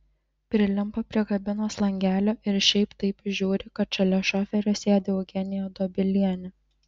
prilimpa prie kabinos langelio ir šiaip taip įžiūri kad šalia šoferio sėdi eugenija dobilienė